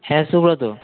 হ্যাঁ সুব্রত